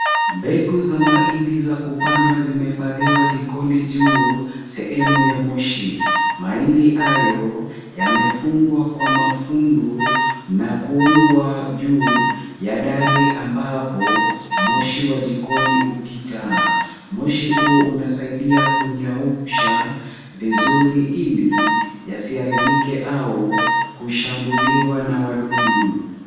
Mbegu za mahindi za kupandwa zimehifadhiwa jikoni juu sehemu ya moshi. Mahindi hayo yamefungwa kwa mafundo na kuungwa juu ya dari ambapo moshi wa jikoni hupita. Moshi huo unasaidia kunyausha vizuri ili yasiaharibike au kushambuliwa na wadudu.